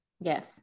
Yes